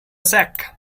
sack